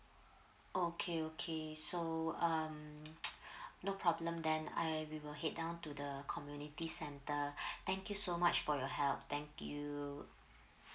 okay okay so um no problem then I will head down to the community center thank you so much for your help thank you